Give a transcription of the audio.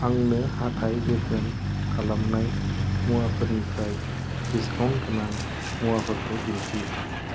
आंनो हाथाय जोथोन खालामनाय मुवाफोरनिफ्राय डिस्काउन्ट गोनां मुवाफोरखौ दिन्थि